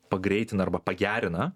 pagreitina arba pagerina